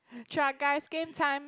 try guys game time